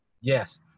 Yes